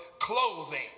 clothing